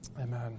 Amen